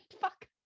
fuck